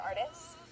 artists